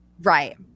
Right